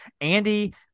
Andy